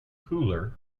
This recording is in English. cooler